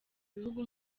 bihugu